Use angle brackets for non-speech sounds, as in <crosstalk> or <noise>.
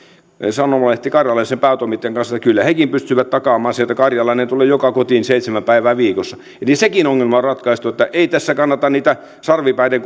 sanomalehti karjalaisen päätoimittajan kanssa ja kyllä hekin pystyvät takaamaan sen että karjalainen tulee joka kotiin seitsemän päivää viikossa eli sekin ongelma on ratkaistu että ei tässä kannata niitä sarvipäiden <unintelligible>